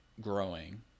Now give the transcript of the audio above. growing